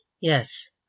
Yes